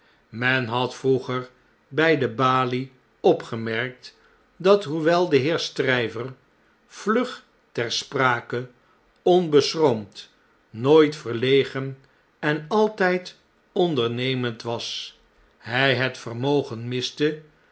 men had vroeger bjj de balie opgemerkt dat hoewel de heer stryver vlug ter sprake onbeschroomd nooit verlegen en altijd ondernemend was hij net vermogen miste